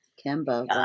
Kimbo